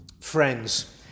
friends